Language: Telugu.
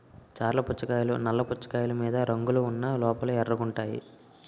చర్ల పుచ్చకాయలు నల్ల పుచ్చకాయలు మీద రంగులు ఉన్న లోపల ఎర్రగుంటాయి